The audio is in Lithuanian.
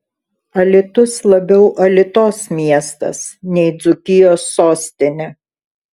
alytus labiau alitos miestas nei dzūkijos sostinė